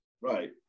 Right